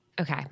Okay